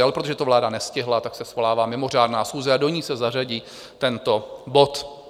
Ale protože to vláda nestihla, tak se svolává mimořádná schůze a do ní se zařadí tento bod.